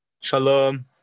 Shalom